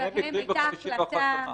שבהם היתה החלטה